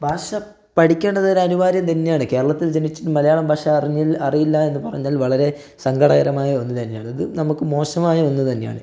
ഭാഷ പഠിക്കേണ്ടത് ഒരു അനിവാര്യം തന്നെയാണ് കേരളത്തിൽ ജനിച്ചു മലയാളം ഭാഷ അറിഞ്ഞ് അറിയില്ല എന്നു പറഞ്ഞാൽ വളരെ സങ്കടകരമായ ഒന്നു തന്നെയാണ് ഇത് നമുക്ക് മോശമായ ഒന്നുതന്നെയാണ്